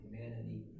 humanity